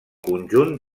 conjunt